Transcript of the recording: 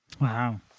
Wow